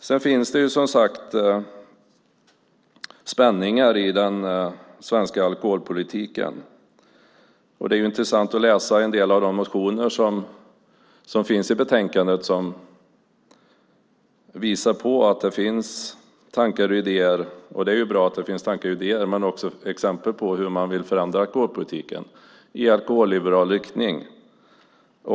Sedan finns det som sagt spänningar i den svenska alkoholpolitiken, och det är intressant att läsa en del av de motioner som finns i betänkandet som visar på att det finns tankar, idéer, och det är ju bra att det finns tankar och idéer, och också exempel på hur man vill förändra alkoholpolitiken i alkoholliberal riktning.